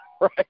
right